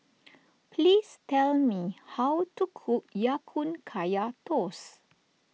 please tell me how to cook Ya Kun Kaya Toast